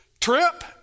trip